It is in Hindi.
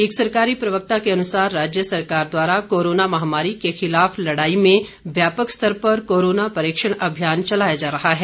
एक सरकारी प्रवक्ता के अनुसार राज्य सरकार द्वारा कोरोना महामारी के खिलाफ लड़ाई में व्यापक स्तर पर कोरोना परीक्षण अभियान चलाया जा रहा है